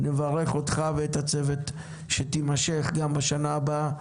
נברך אותך ואת הצוות שתימשך גם בשנה הבאה,